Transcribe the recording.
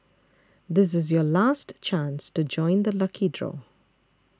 this is your last chance to join the lucky draw